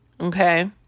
okay